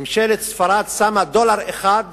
ממשלת ספרד שמה דולר אחד